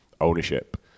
ownership